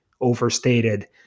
overstated